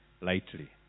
lightly